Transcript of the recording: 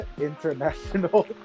international